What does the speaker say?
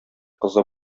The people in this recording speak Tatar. кызы